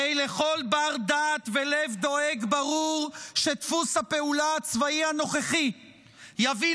הרי לכל בר-דעת ולב דואג ברור שדפוס הפעולה הצבאי הנוכחי יביא